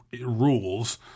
rules